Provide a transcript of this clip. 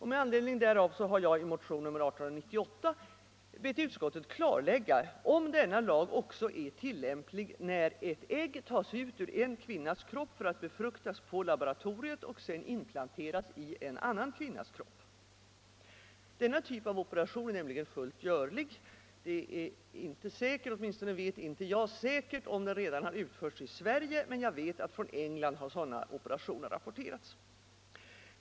Med anledning därav har jag i motionen 1898 bett utskottet klarlägga om denna lag också är tillämplig när ett ägg tas ut ur en kvinnas kropp för att befruktas på laboratoriet och sedan inplanteras i en annan kvinnas kropp. Denna typ av operation är nämligen fullt görlig. Det är inte säkert — åtminstone vet inte jag säkert - om den redan har utförts i Sverige, men jag vet att sådana operationer har rapporterats från England.